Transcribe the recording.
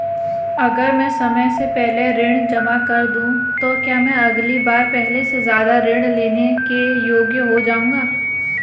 अगर मैं समय से पहले ऋण जमा कर दूं तो क्या मैं अगली बार पहले से ज़्यादा ऋण लेने के योग्य हो जाऊँगा?